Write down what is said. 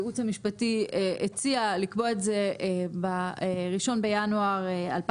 הייעוץ המשפטי הציע לקבוע את זה ב-1 בינואר 2023